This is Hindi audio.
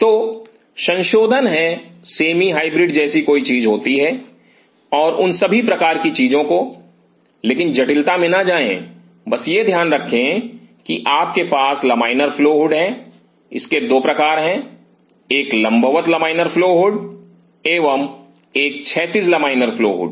तो संशोधन हैं सेमी हाइब्रिड जैसी कोई चीज होती है और उन सभी प्रकार की चीजों को लेकिन जटिलता में ना जाए बस यह ध्यान रखें कि आपके पास लमाइनर फ्लो हुड के 2 प्रकार हैं एक लंबवत लमाइनर फ्लो हुड एवं एक क्षैतिज लमाइनर फ्लो हुड